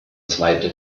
zweite